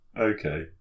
Okay